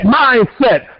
mindset